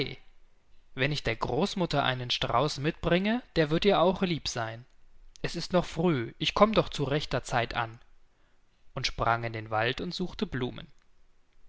wenn ich der großmutter einen strauß mitbringe der wird ihr auch lieb seyn es ist noch früh ich komm doch zu rechter zeit an und sprang in den wald und suchte blumen